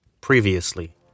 Previously